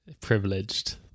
Privileged